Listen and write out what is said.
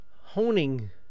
honing